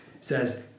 says